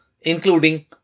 including